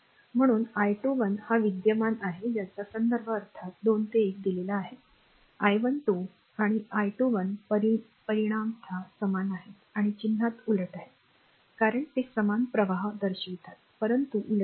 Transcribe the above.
म्हणूनच आय २१ हा विद्यमान आहे ज्याचा संदर्भ अर्थातच २ ते १दिलेला आहे आय १२ आणि आय २१ परिमाणात समान आहेत आणि चिन्हात उलट आहेत कारण ते समान प्रवाह दर्शवितात परंतु उलट दिशेने